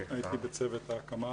הייתי בצוות ההקמה,